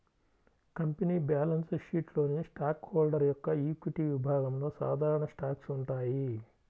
company balance షీట్లోని stock holder యొక్క equity విభాగంలో సాధారణ స్టాక్స్ ఉంటాయి